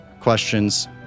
questions